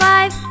Five